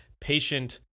patient